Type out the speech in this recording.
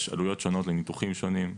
יש עלויות שונות לניתוחים שונים.